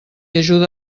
ajuda